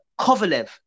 Kovalev